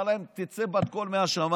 אמר להם: תצא בת קול מהשמיים,